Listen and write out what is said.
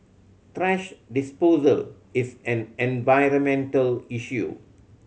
thrash disposal is an environmental issue